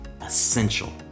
essential